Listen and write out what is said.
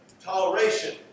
Toleration